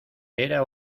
era